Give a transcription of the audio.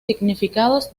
significados